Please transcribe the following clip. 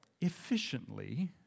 efficiently